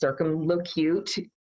circumlocute